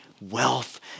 wealth